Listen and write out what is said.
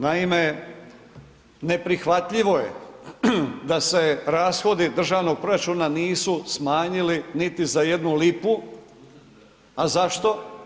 Naime, neprihvatljivo je da se rashodi državnog proračuna smanjili niti za jednu lipu, a zašto?